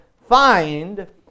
find